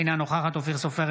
אינה נוכחת אופיר סופר,